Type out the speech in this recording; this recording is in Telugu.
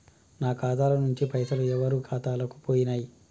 నా ఖాతా ల నుంచి పైసలు ఎవరు ఖాతాలకు పోయినయ్?